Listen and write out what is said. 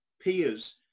peers